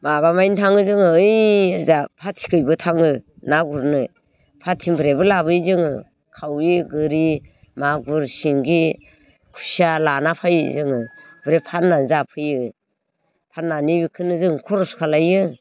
माबा मानि थाङो जोङो ओइ जा फिथिखैबो थाङो ना गुरनो फाथिनिफ्रायबो लाबोयो जोङो खावै गोरि मागुर सिंगि खुसिया लाना फाइयो जोङो आमफ्राय फान्ना जाफैयो फान्नानै बेखोनो जों खर'स खालायो